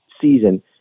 season